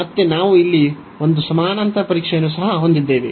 ಮತ್ತೆ ನಾವು ಇಲ್ಲಿ ಒಂದು ಸಮಾನಾಂತರ ಪರೀಕ್ಷೆಯನ್ನು ಸಹ ಹೊಂದಿದ್ದೇವೆ